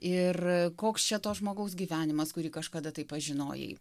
ir koks čia to žmogaus gyvenimas kurį kažkada tai pažinojai